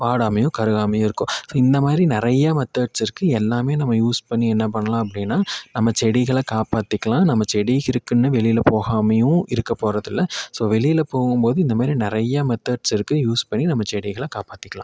வாடாமையும் கருகாமையும் இருக்கும் ஸோ இந்த மாதிரி நிறையா மெத்தட்ஸ் இருக்குது எல்லாம் நம்ம யூஸ் பண்ணி என்னா பண்ணலாம் அப்படின்னா நம்ம செடிகளை காப்பாற்றிக்கலாம் நம்ம செடி இருக்குதுன்னு வெளியில் போகாமயும் இருக்கப் போகிறதில்ல ஸோ வெளியில் போகும் போது இந்த மாதிரி நிறையா மெத்தட்ஸ் இருக்குது யூஸ் பண்ணி நம்ம செடிகளை காப்பாற்றிக்கலாம்